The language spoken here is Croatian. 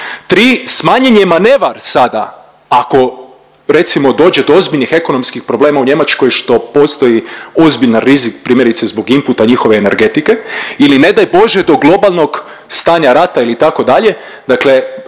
tri smanjen je manevar sada, ako recimo dođe do ozbiljnih ekonomskih problema u Njemačkoj što postoji ozbiljan rizik primjerice zbog inputa njihove energetike ili ne daj Bože do globalnog stanja rata ili tako dalje, manevar